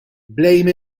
blame